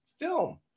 film